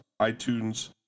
iTunes